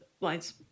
lines